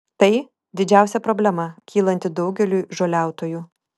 tai didžiausia problema kylanti daugeliui žoliautojų